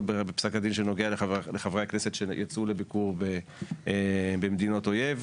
בפסק הדין שנוגע לחברי הכנסת שיצאו לביקור במדינות אויב,